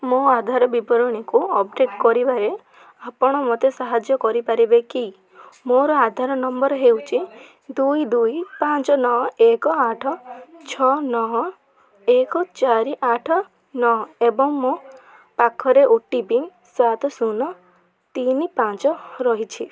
ମୋ ଆଧାର ବିବରଣୀକୁ ଅପଡ଼େଟ୍ କରିବାରେ ଆପଣ ମୋତେ ସାହାଯ୍ୟ କରିପାରିବେ କି ମୋର ଆଧାର ନମ୍ବର ହେଉଛି ଦୁଇ ଦୁଇ ପାଞ୍ଚ ନଅ ଏକ ଆଠ ଛଅ ନଅ ଏକ ଚାରି ଆଠ ନଅ ଏବଂ ମୋ ପାଖରେ ଓ ଟି ପି ସାତ ଶୂନ ତିନି ପାଞ୍ଚ ରହିଛି